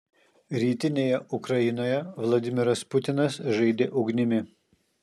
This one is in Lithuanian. rytinėje ukrainoje vladimiras putinas žaidė ugnimi